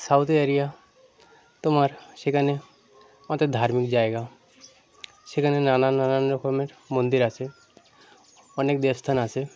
south area তোমার সেখানে অত ধার্মিক জায়গা সেখানে নানা নানান রকমের মন্দির আছে অনেক দেবস্থান আছে